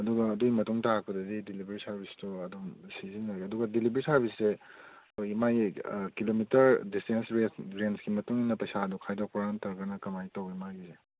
ꯑꯗꯨꯒ ꯑꯗꯨꯒꯤ ꯃꯇꯨꯡ ꯇꯥꯔꯛꯄꯗꯗꯤ ꯗꯤꯂꯤꯕꯔꯤ ꯁꯥꯔꯕꯤꯁꯇꯣ ꯑꯗꯨꯝ ꯁꯤꯖꯤꯟꯅꯔꯦ ꯑꯗꯨꯒ ꯗꯤꯂꯤꯕꯔꯤ ꯁꯥꯔꯕꯤꯁꯁꯦ ꯑꯩꯈꯣꯏꯒꯤ ꯃꯥꯒꯤ ꯀꯤꯂꯣꯃꯤꯇꯔ ꯗꯤꯁꯇꯦꯟꯁ ꯔꯦꯠ ꯔꯦꯟꯁꯀꯤ ꯃꯇꯨꯡ ꯏꯟꯅ ꯄꯩꯁꯥꯗꯣ ꯈꯥꯏꯗꯣꯛꯄ꯭ꯔꯥ ꯅꯠꯇ꯭ꯔꯒꯅ ꯀꯔꯃꯥꯏꯅ ꯇꯧꯕꯅꯣ ꯃꯥꯒꯤꯁꯦ